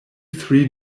three